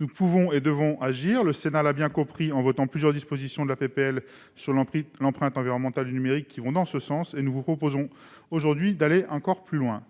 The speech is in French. nous pouvons et devons agir. Le Sénat l'a bien compris en votant plusieurs dispositions de la proposition de loi sur l'empreinte environnementale du numérique qui vont dans ce sens. Nous vous proposons aujourd'hui d'aller encore plus loin.